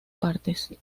partes